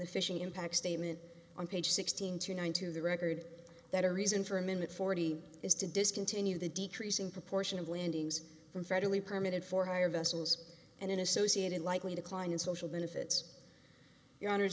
the fishing impact statement on page sixteen two nine to the record that a reason for a minute forty is to discontinue the decreasing proportion of landings from federally permitted for hire vessels and an associated likely decline in social benefits your hono